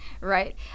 Right